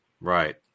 Right